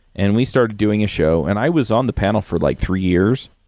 and we started doing a show. and i was on the panel for like three years.